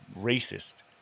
racist